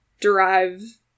derive